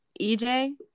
EJ